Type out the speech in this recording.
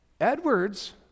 edwards